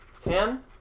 Ten